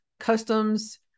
customs